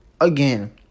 Again